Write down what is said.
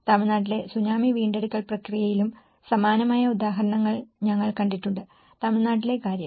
തമിഴ്നാട്ടിലെ സുനാമി വീണ്ടെടുക്കൽ പ്രക്രിയയിലും സമാനമായ ഉദാഹരണങ്ങൾ ഞങ്ങൾ കണ്ടിട്ടുണ്ട് തമിഴ്നാട്ടിലെ കാര്യം